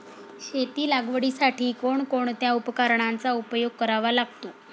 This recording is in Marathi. शेती लागवडीसाठी कोणकोणत्या उपकरणांचा उपयोग करावा लागतो?